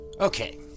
Okay